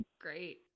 Great